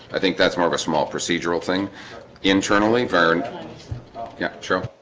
i think that's more of a small procedural thing internally burned yeah, sure.